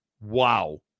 Wow